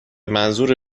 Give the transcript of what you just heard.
منظور